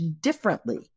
differently